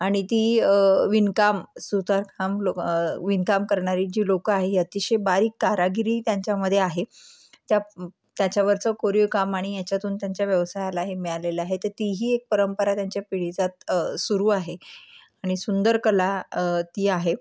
आणि ती विणकाम सुतारकाम लो विणकाम करणारी जी लोकं आहे ही अतिशय बारीक कारागिरी त्यांच्यामध्ये आहे त्या त्याच्यावरचं कोरीवकाम आणि याच्यातून त्यांच्या व्यवसायाला हे मिळालेलं आहे तर ती ही एक परंपरा त्यांच्या पिढीजात सुरू आहे आणि सुंदर कला ती आहे